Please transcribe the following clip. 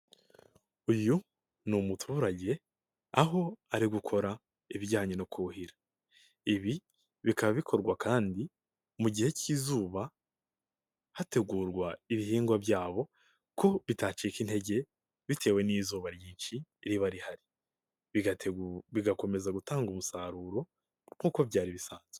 Uyu ni umuturage, aho ari gukora ibijyanye no kuhira. Ibi bikaba bikorwa kandi, mu gihe cy'izuba, hategurwa ibihingwa byabo ko bitacika intege bitewe n'izuba ryinshi riba rihari. Bigategu bigakomeza gutanga umusaruro nkuko byari bisanzwe.